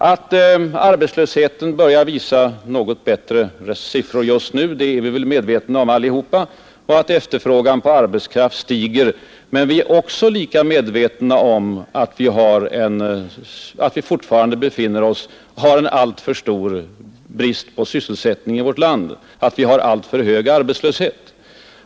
Att arbetslösheten börjar visa något bättre siffror just nu och att efterfrågan på arbetskraft stiger är vi väl alla medvetna om. Men vi är lika medvetna om att vi fortfarande har en alltför stor brist på sysselsättning i vårt land, en alltför hög arbetslöshet.